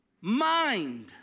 mind